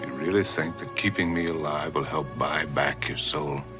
really think that keeping me alive will help buy back your soul?